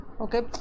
okay